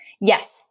Yes